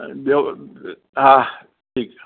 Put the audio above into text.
ॿियो हा ठीकु आहे